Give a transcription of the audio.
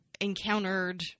encountered